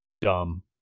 Dumb